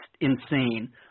insane